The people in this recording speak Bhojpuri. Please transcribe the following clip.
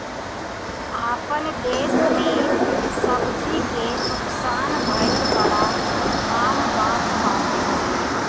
आपन देस में सब्जी के नुकसान भइल बड़ा आम बात बाटे